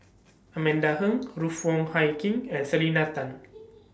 Amanda Heng Ruth Wong Hie King and Selena Tan